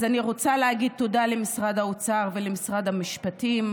אני רוצה להגיד תודה למשרד האוצר ולמשרד המשפטים.